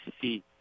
see